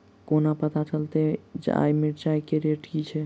कोना पत्ता चलतै आय मिर्चाय केँ रेट की छै?